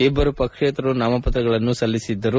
ಇಬ್ಬರು ಪಕ್ಷೇತರರು ನಾಮಪತ್ರಗಳನ್ನು ಸಲ್ಲಿಸಿದ್ದರು